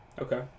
Okay